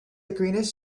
greenish